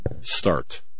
start